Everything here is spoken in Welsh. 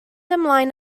ymlaen